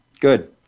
Good